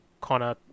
Connor